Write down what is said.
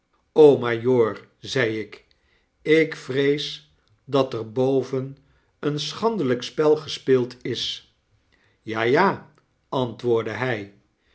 majoor zeiik ik vrees dat er boven een schandelyk spel gespeeld is ja ja antwoordde hij